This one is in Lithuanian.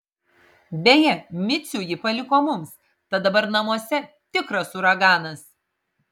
beje micių ji paliko mums tad dabar namuose tikras uraganas